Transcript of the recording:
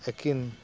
ᱥᱮᱠᱤᱱ